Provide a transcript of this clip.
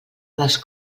les